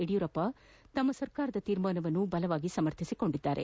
ಯಡಿಯೂರಪ್ವ ಸರ್ಕಾರದ ತೀರ್ಮಾನವನ್ನು ಸಮರ್ಥಿಸಿಕೊಂಡಿದ್ದಾರೆ